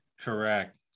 Correct